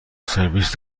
سرویس